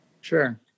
Sure